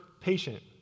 patient